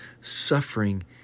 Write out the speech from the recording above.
suffering